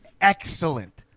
excellent